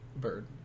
bird